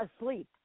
asleep